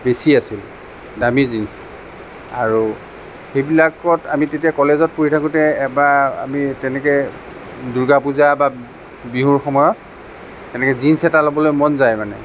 বেছি আছিল দামী জীনছ আৰু সেইবিলাকত আমি তেতিয়া কলেজত পঢ়ি থাকোতে এবাৰ আমি তেনেকে দুৰ্গা পূজা বা বিহুৰ সময়ত তেনেকে জীনছ এটা ল'বলৈ মন যায় মানে